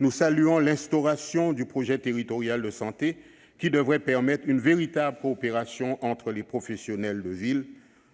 nous saluons l'instauration du projet territorial de santé, qui devrait permettre une véritable coopération entre les professionnels de ville,